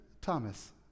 Thomas